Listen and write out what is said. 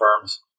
firms